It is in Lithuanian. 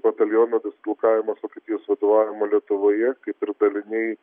bataliono dislokavimas vokietijos vadovavimo lietuvoje kaip ir daliniai